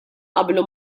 qablu